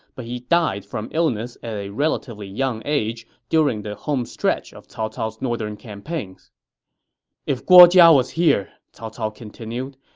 but he died from illness at a relatively early age during the home stretch of cao cao's northern campaigns if guo jia was here, cao cao continued,